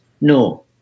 No